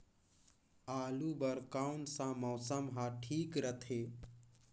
आलू बार कौन सा मौसम ह ठीक रथे?